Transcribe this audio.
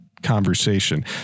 Conversation